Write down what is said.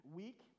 weak